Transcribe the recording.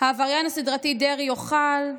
'העבריין הסדרתי דרעי יוכל,'